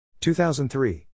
2003